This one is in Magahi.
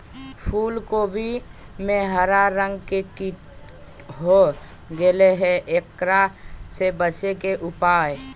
फूल कोबी में हरा रंग के कीट हो गेलै हैं, एकरा से बचे के उपाय?